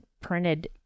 printed